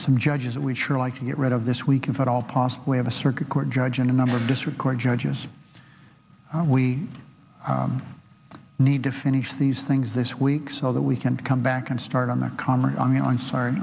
some judges that we sure like to get rid of this week if at all possible have a circuit court judge in another district court judges we need to finish these things this week so that we can come back and start on the calmer i mean i'm sorry